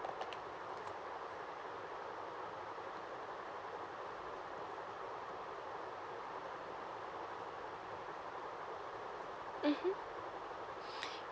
mmhmm